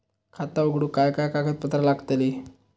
खाता उघडूक काय काय कागदपत्रा लागतली?